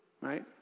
right